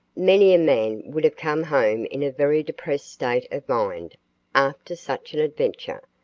many a man would have come home in a very depressed state of mind after such an adventure.